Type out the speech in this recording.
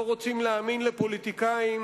לא רוצים להאמין לפוליטיקאים.